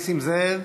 נסים זאב,